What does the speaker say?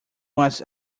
was